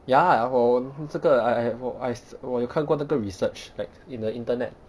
ya I know 这个 I I 我 I s~ 我有看过那个 research like in the internet